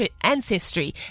ancestry